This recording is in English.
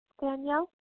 Danielle